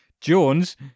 Jones